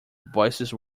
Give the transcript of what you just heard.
voices